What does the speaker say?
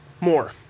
more